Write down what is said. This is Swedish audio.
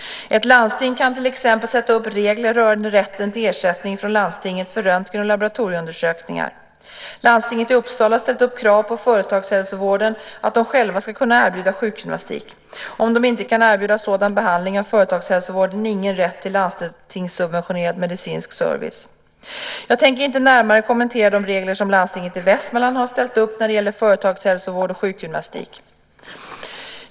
Ett landsting kan till exempel sätta upp regler rörande rätten till ersättning från landstinget för röntgen och laboratorieundersökningar. Landstinget i Uppsala har ställt upp som krav på företagshälsovården att de själva ska kunna erbjuda sjukgymnastik. Om de inte kan erbjuda sådan behandling har företagshälsovården ingen rätt till landstingssubventionerad medicinsk service. Jag tänker inte närmare kommentera de regler som landstinget i Västmanland har ställt upp när det gäller företagshälsovård och sjukgymnastik.